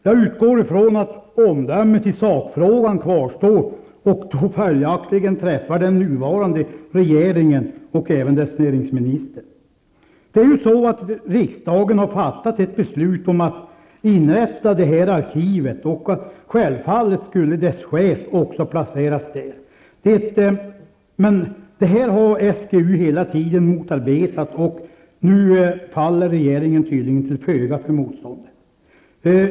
Jag utgår ifrån att omdömet i sakfrågan kvarstår och följaktligen träffar även den nuvarande regeringen och dess näringsminister. Riksdagen har fattat ett beslut om att inrätta ett arkiv. Självfallet skall dess chef även placeras på samma ort. SGU har hela tiden motarbetat detta, och nu faller regeringen tydligen till föga för motståndet.